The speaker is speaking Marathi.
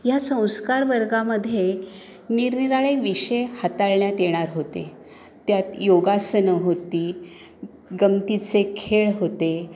ह्या संस्कार वर्गामध्ये निरनिराळे विषय हाताळण्यात येणार होते त्यात योगासनं होती गमतीचे खेळ होते